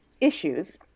issues